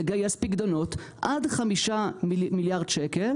לגייס פיקדונות עד חמישה מיליארד שקל